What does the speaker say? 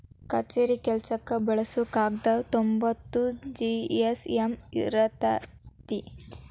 ಕಛೇರಿ ಕೆಲಸಕ್ಕ ಬಳಸು ಕಾಗದಾ ತೊಂಬತ್ತ ಜಿ.ಎಸ್.ಎಮ್ ಇರತತಿ